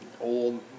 Old